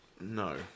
No